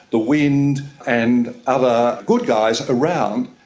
the wind and other good guys around.